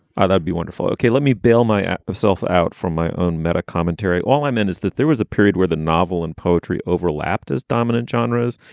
ah they'll be wonderful. okay. let me bail my out of self out for my own meta commentary. all i mean is that there was a period where the novel and poetry overlapped as dominant genres.